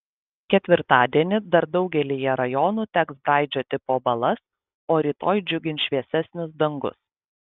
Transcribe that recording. ketvirtadienį dar daugelyje rajonų teks braidžioti po balas o rytoj džiugins šviesesnis dangus